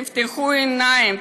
תפקחו עיניים.